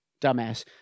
Dumbass